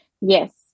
Yes